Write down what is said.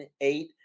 eight